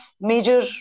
major